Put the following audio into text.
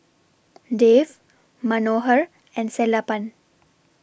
Dev Manohar and Sellapan